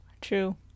True